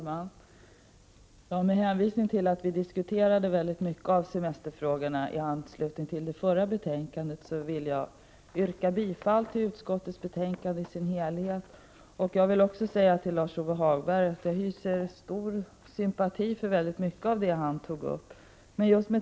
Fru talman! Med hänvisning till att vi diskuterade mycket av semesterfrågorna i debatten om det förra betänkandet inskränker jag mig nu till att yrka bifall till utskottets hemställan i dess helhet. Jag vill därutöver bara till Lars-Ove Hagberg säga att jag hyser stor sympati för många av de synpunkter han framförde.